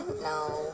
No